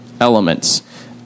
elements